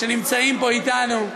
שנמצאים פה אתנו,